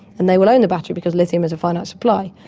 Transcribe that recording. and they will own the battery because lithium is a finite supply.